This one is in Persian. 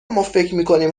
مافکرمیکنیم